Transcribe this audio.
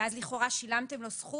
ואז לכאורה שילמתם לו סכום.